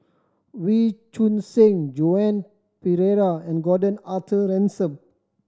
Wee Choon Seng Joan Pereira and Gordon Arthur Ransome